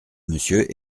monsieur